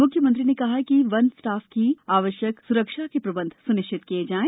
मुख्यमंत्री ने कहा कि वन स्टाफ की आवश्यक स्रक्षा के प्रबंध स्निश्चित किए जाएं